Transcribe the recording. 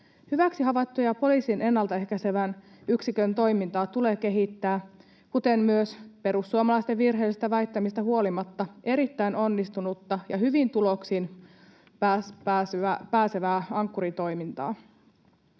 Hyväksi havaittua poliisin ennalta ehkäisevän yksikön toimintaa tulee kehittää, kuten myös — perussuomalaisten virheellisistä väittämistä huolimatta — erittäin onnistunutta ja hyviin tuloksiin pääsevää Ankkuri-toimintaa.